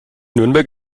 nürnberg